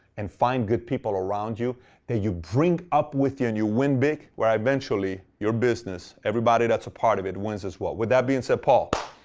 and find good people around you that you bring up with you, and you win big, where eventually your business, everybody that's a part of it wins as well. with that being said, paul,